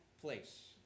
place